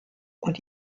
und